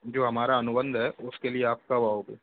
जो हमारा अनुबंध है उसके लिए आप कब आओगे